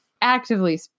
actively